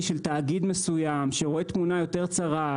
של תאגיד מסוים שרואה תמונה יותר צרה,